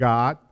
God